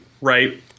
right